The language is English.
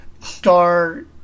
star